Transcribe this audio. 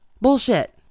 Bullshit